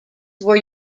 were